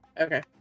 Okay